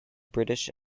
british